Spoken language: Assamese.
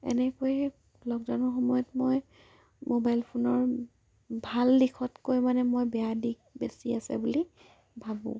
এনেকৈয়ে লকডাউনৰ সময়ত মই মোবাইল ফোনৰ ভাল দিশতকৈ মানে মই বেয়া দিশ বেছি আছে বুলি ভাবোঁ